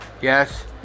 Yes